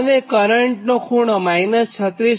અને કરંટનો ખૂણો 36